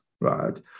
right